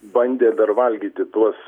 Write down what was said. bandė dar valgyti tuos